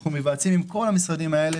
אנחנו מתייעצים עם כל המשרדים הללו